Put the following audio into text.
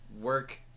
work